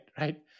right